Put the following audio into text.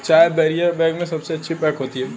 चाय barrier bag में सबसे अच्छी पैक होती है